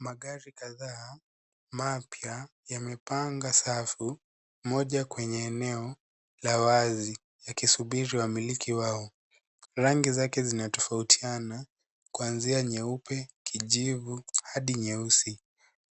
Magari kadhaa mapya, yamepanga safu , moja kwenye eneo la wazi yakisubiri wamiliki wao. Rangi zake zinatafautiana. Kwanzia nyeupe, kijivu, hadi nyeusi.